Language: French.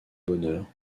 bonheur